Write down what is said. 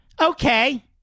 Okay